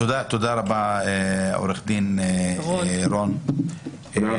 תודה רבה עורך דין רון דרך.